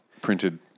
printed